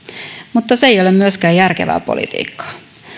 mutta se ei ole myöskään järkevää politiikkaa